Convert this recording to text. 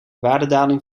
waardedaling